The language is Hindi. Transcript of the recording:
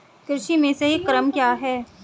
कृषि में सही क्रम क्या है?